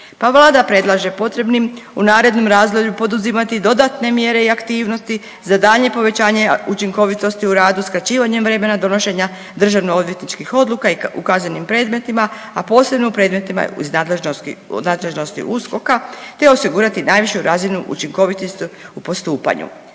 pa vlada predlaže potrebnim u narednom razdoblju poduzimati dodatne mjere i aktivnosti za daljnje povećanje učinkovitosti u radu skraćivanjem vremena donošenja državno odvjetničkih odluka u kaznenim predmetima, a posebno u predmetima iz nadležnosti USKOK-a, te osigurati najvišu razinu učinkovitosti u postupanju.